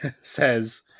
says